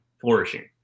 flourishing